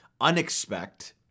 unexpect